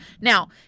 Now